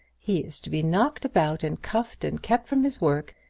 he is to be knocked about, and cuffed, and kept from his work,